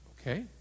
Okay